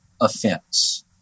offense